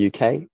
UK